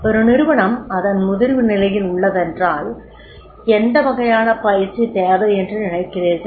ஒரு நிறுவனம் அதன் முதிர்வு நிலையில் உள்ளதெனில் எந்த வகையான பயிற்சி தேவை என்று நினைக்கிறீர்கள்